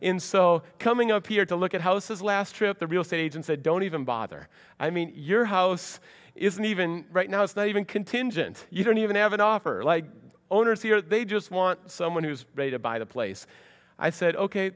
in so coming up here to look at houses last trip the real sage and said don't even bother i mean your house isn't even right now it's not even contingent you don't even have an offer like owners here they just want someone who's ready to buy the place i said ok